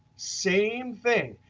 same thing.